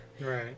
right